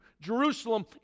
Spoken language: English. Jerusalem